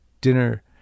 dinner